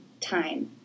time